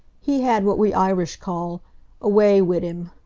he had what we irish call a way wid him.